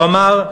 הוא אמר: